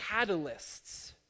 catalysts